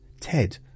Ted